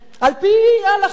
על-פי ההלכה,